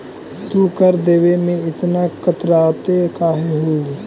तू कर देवे में इतना कतराते काहे हु